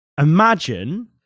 imagine